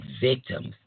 victims